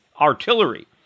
artillery